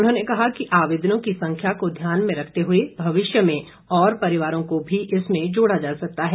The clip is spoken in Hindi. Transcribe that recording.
उन्होंने कहा कि आवेदनों की संख्या को ध्यान में रखते हुए भविष्य में और परिवारों को भी इसमें जोड़ा जा सकता है